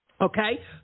okay